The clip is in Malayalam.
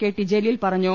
കെ ടി ജലീൽ പറഞ്ഞു